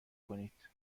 کنید